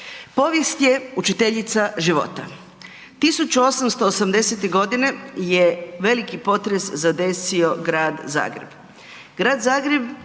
Povijest će učiteljica života, 1880. godine je veliki potres zadesio Grad Zagreb.